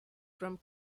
from